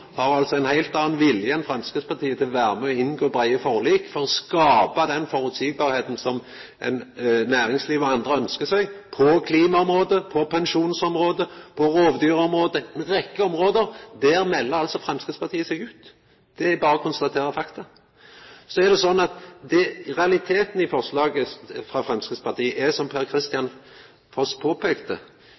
har altså ein heilt annan vilje enn Framstegspartiet til å vera med på å inngå breie forlik for å skapa den forutsigbarheita som næringslivet og andre ønskjer seg på klimaområdet, på pensjonsområdet, på rovdyrområdet – ei rekkje område. Der melder altså Framstegspartiet seg ut. Det er berre å konstatera fakta. Så er det sånn at realiteten i forslaget frå Framstegspartiet er, som Per-Kristian Foss påpeikte,